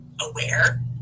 aware